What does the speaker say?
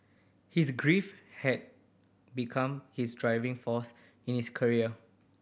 his grief had become his driving force in his career